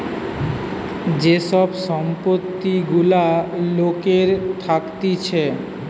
যে সব সম্পত্তি গুলা লোকের থাকতিছে